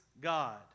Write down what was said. God